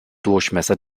durchmesser